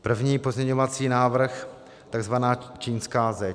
První pozměňovací návrh tzv. čínská zeď.